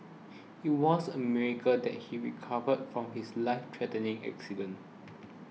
it was a miracle that he recovered from his lifethreatening accident